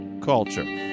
Culture